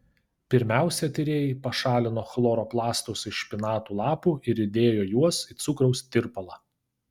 pirmiausia tyrėjai pašalino chloroplastus iš špinatų lapų ir įdėjo juos į cukraus tirpalą